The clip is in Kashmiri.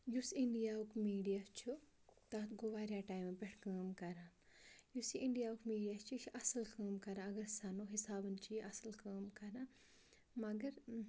یُس اِنڈیا ہُک میٖڈیا چھُ تَتھ گوٚو واریاہ ٹایِمہٕ پٮ۪ٹھ کٲم کَران یُس یہِ اِنڈیا ہُک میٖڈیا چھِ یہِ چھِ اَصٕل کٲم کَران اگر أسۍ سَنو حِسابَن چھِ یہِ اَصٕل کٲم کَران مگر